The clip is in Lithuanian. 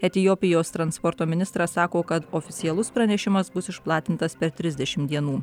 etiopijos transporto ministras sako kad oficialus pranešimas bus išplatintas per trisdešim dienų